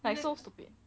like so stupid